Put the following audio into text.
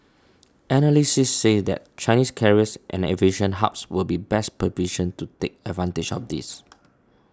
analysts said that Chinese carriers and aviation hubs would be best positioned to take advantage of this